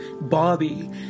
Bobby